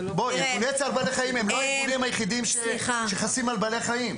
ארגוני צער בעלי חיים הם לא הארגונים היחידים שחסים על בעלי החיים.